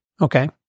Okay